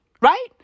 Right